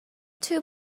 two